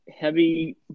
heavy